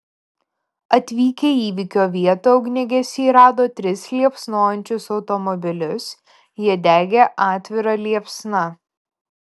atvykę į įvykio vietą ugniagesiai rado tris liepsnojančius automobilius jie degė atvira liepsna